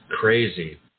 crazy